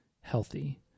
healthy